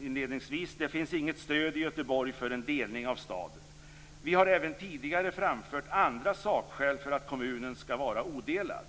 inledningsvis: Det finns inget stöd i Göteborg för en delning av staden. Vi har även tidigare framfört andra sakskäl för att kommunen skall vara odelad.